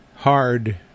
hard